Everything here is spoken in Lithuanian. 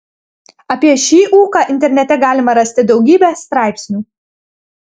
apie šį ūką internete galima rasti daugybę straipsnių